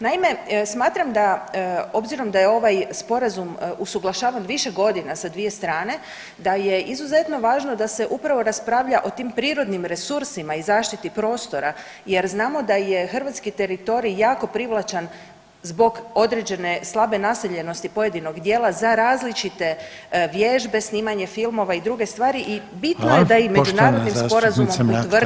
Naime, smatram da obzirom da je ovaj Sporazum usuglašavan više godina sa dvije strane, da je izuzetno važno da se upravo raspravlja o tim prirodnim resursima i zaštiti prostora jer znamo da je hrvatski teritorij jako privlačan zbog određene slabe naseljenosti pojedinog dijela, za različite vježbe, snimanje filmova i druge stvari i bitno je da i međunarodnim sporazumom utvrdimo zaštitu prostora.